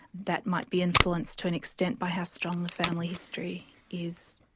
that might be influenced to an extent by how strong the family history is.